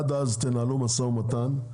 עד אז תנהלו משא ומתן,